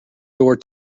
door